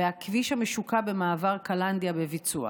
הכביש המשוקע במעבר קלנדיה, בביצוע.